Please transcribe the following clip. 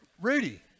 Rudy